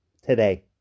Today